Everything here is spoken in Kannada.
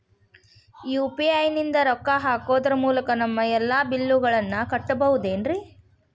ಯು.ಪಿ.ಐ ನಿಂದ ರೊಕ್ಕ ಹಾಕೋದರ ಮೂಲಕ ನಮ್ಮ ಎಲ್ಲ ಬಿಲ್ಲುಗಳನ್ನ ಕಟ್ಟಬಹುದೇನ್ರಿ?